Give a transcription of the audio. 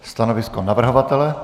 Stanovisko navrhovatele?